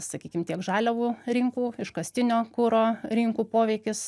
sakykim tiek žaliavų rinkų iškastinio kuro rinkų poveikis